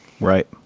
Right